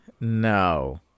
No